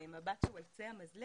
במבט שהוא על קצה המזלג,